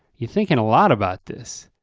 you thinking a lot about this?